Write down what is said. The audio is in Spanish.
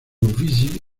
uffizi